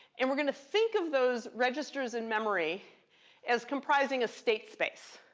and we're going to think of those registers and memory as comprising a state space,